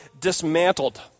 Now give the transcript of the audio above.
dismantled